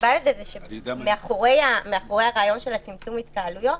הסיבה לזה היא שמאחורי הרעיון של צמצום התקהלויות